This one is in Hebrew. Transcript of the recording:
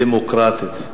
דמוקרטית,